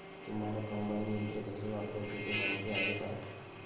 तुम्हांला कम्बाइन यंत्र कसे वापरायचे ते माहीती आहे का?